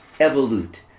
evolute